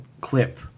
clip